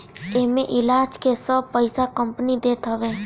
एमे इलाज के सब पईसा कंपनी देत हवे